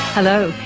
hello,